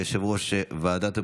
כיושב-ראש ועדת הבריאות,